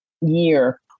year